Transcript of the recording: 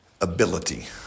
Ability